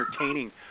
entertaining